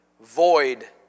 Void